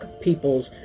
people's